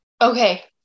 Okay